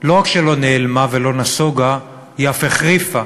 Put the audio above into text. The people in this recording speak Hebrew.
לא רק שלא נעלמה ולא נסוגה, היא אף החריפה,